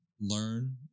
Learn